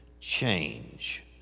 change